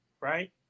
right